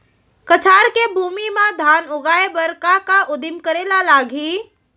कछार के भूमि मा धान उगाए बर का का उदिम करे ला लागही?